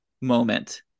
moment